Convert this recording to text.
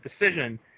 decision